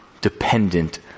dependent